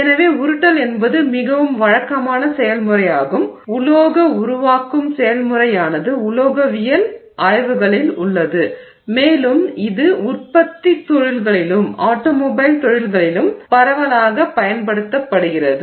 எனவே உருட்டல் என்பது மிகவும் வழக்கமான செயல்முறையாகும் உலோக உருவாக்கும் செயல்முறையானது உலோகவியல் ஆய்வுகளில் உள்ளது மேலும் இது உற்பத்தித் தொழில்களிலும் ஆட்டோமொபைல் தொழில்களிலும் பரவலாகப் பயன்படுத்தப்படுகிறது